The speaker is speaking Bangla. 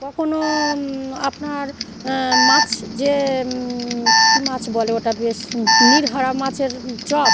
কখনও আপনার মাছ যে কী মাছ বলে ওটা বেশ নিহেরে মাছের চপ